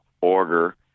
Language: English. order